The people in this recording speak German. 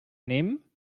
nehmen